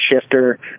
shifter